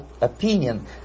opinion